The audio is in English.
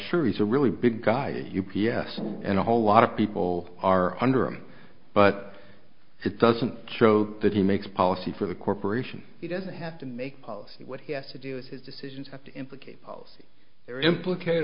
sure it's a really big guy u p s and a whole lot of people are under him but it doesn't show that he makes policy for the corporation he doesn't have to make policy what he has to do with his decisions have to implicate their implicate